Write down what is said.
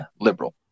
liberal